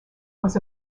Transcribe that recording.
was